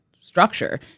structure